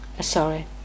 sorry